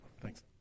Thanks